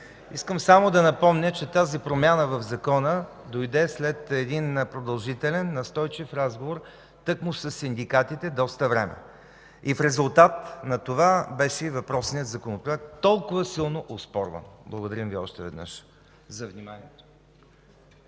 Искам само да напомня, че тази промяна в Закона дойде след продължителен и настойчив разговор тъкмо със синдикатите доста време. В резултат на това и въпросният Законопроект беше толкова силно оспорван. Благодарим Ви още веднъж за вниманието.